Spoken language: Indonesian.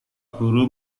guru